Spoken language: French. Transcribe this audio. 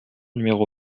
numéro